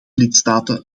lidstaten